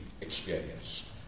experience